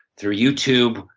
through youtube.